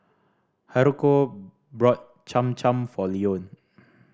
Haruko bought Cham Cham for Leone